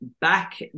back